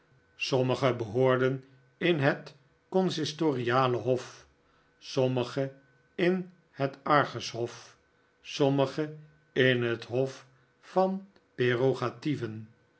sommige behoorden in het consistoriale hof sommige in het arches hof sommige in het hof van prerogatieven